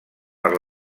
per